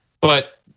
but-